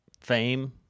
fame